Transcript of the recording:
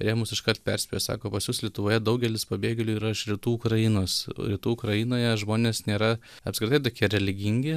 tai jie mus iškart perspėjo sako pas jus lietuvoje daugelis pabėgėlių yra iš rytų ukrainos rytų ukrainoje žmonės nėra apskritai tokie religingi